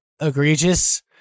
egregious